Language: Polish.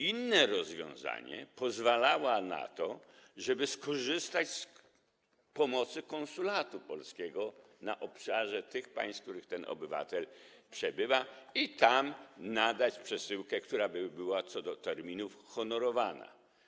Inne rozwiązanie pozwalało na to, żeby skorzystać z pomocy konsulatu polskiego na obszarze tego państwa, w którym ten obywatel przebywa, i tam nadać przesyłkę, która by była co do terminów honorowana.